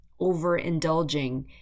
overindulging